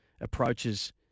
approaches